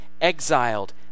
exiled